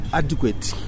adequate